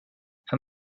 her